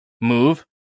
move